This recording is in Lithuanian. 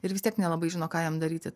ir vis tiek nelabai žino ką jam daryti